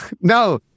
No